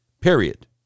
Period